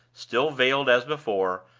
still veiled as before,